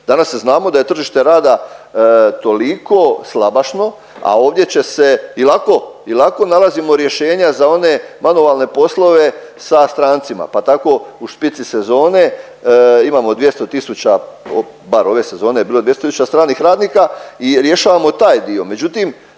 Danas znamo da je tržište rada toliko slabašno, a ovdje će se i lako i lako nalazimo rješenja za one manualne poslove sa strancima pa tako u špici sezone imamo 200 tisuća, bar ove sezone je bilo 200 tisuća stranih radnika i rješavamo taj dio